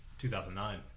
2009